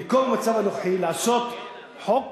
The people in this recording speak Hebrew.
במקום המצב הנוכחי, לעשות חוק